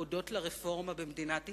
הודות לרפורמה במדינת ישראל.